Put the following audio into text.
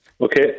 Okay